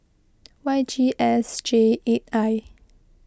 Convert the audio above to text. Y G S J eight I